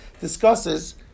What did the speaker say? discusses